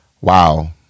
wow